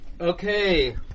Okay